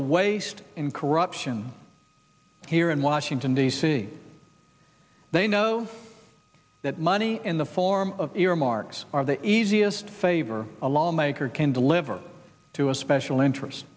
the waste and corruption here in washington d c they know that money in the form of earmarks are the easiest favor a lawmaker can deliver to a special interest